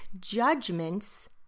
judgments